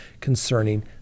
concerning